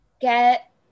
get